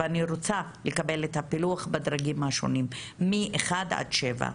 ואני רוצה לקבל את הפילוח בדרגים השונים מ-1 עד 7,